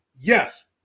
Yes